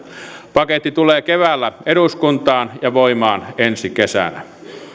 paketti tulee eduskuntaan keväällä ja voimaan ensi kesänä